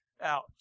out